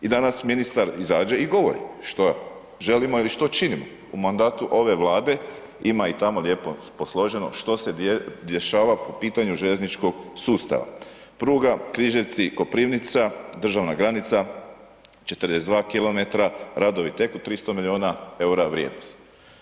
I danas ministar izađe i govori, što želimo ili što činimo u mandatu ove Vlade, ima i tamo lijepo posloženo što se dešava po pitanju željezničkog sustava, pruga Križevci-Koprivnica, državna granica 42 km, radovi teku 300 milijuna EUR-a vrijednost.